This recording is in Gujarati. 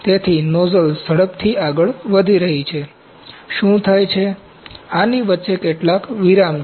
તેથી નોઝલ ઝડપથી આગળ વધી રહી છે શું થાય છે આની વચ્ચે કેટલાક વિરામ છે